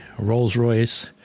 Rolls-Royce